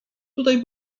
tutaj